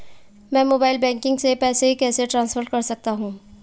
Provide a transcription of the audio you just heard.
मैं mobile banking से पैसे कैसे ट्रांसफर कर सकता हूं?